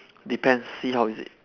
depends see how is it